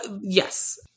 Yes